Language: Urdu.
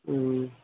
ہوں